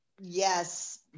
yes